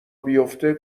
بیافته